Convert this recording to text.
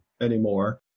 anymore